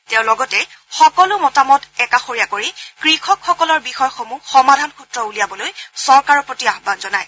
তেওঁ লগতে সকলো মতভেদ একাষৰীয়া কৰি কৃষকসকলৰ বিষয়সমূহ সমাধানসূত্ৰ উলিয়াবলৈ চৰকাৰৰ প্ৰতি আহান জনায়